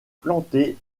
planté